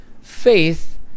faith